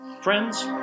Friends